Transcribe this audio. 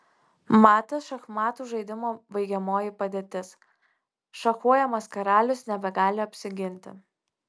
matas šachmatų žaidimo baigiamoji padėtis šachuojamas karalius nebegali apsiginti